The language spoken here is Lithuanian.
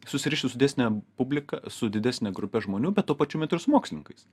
susirišti su didesne publika su didesne grupe žmonių bet tuo pačiu metu ir su mokslininkais